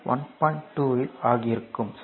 2 ஆகியிருக்கும்